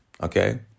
okay